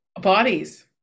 bodies